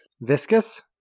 Viscous